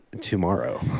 tomorrow